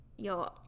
Yo